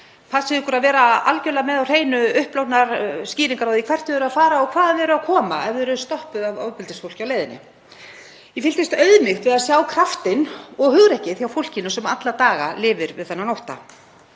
Passið ykkur að vera algerlega með á hreinu upplognar skýringar á því hvert þið eruð að fara og hvaðan þið eruð að koma ef þið eruð stoppuð af ofbeldisfólki á leiðinni. Ég fylltist auðmýkt við að sjá kraftinn og hugrekkið hjá fólkinu sem alla daga lifir við þennan ótta.